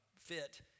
fit